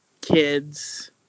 kids